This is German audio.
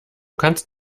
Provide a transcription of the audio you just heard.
kannst